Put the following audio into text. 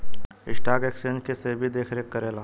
stock exchange के सेबी देखरेख करेला